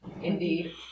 Indeed